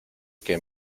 que